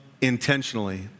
intentionally